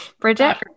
Bridget